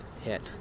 hit